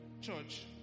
Church